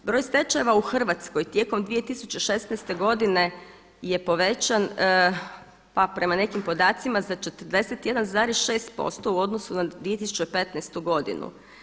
Broj stečajeva u Hrvatskoj tijekom 2016. godine je povećan, pa prema nekim podacima za 41,6% u odnosu na 2015. godinu.